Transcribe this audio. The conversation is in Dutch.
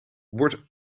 wordt